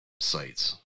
sites